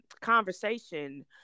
conversation